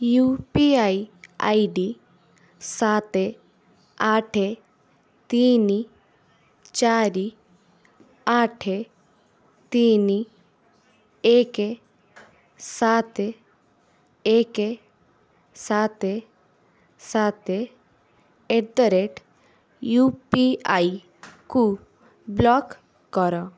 you P I I D ସାତ୍ ଆଠ ତିନି ଚାରି ଆଠ ତିନି ଏକ୍ ସାତ୍ ଏକ୍ ସାତ୍ ସାତ୍ ଆଟ୍ ଦ ରେଟ୍ ୟୁ ପି ଆଇ କୁ ବ୍ଲକ୍ କର